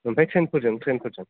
ओमफ्राय ट्रेनफोरजों